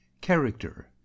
Character